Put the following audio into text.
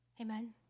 amen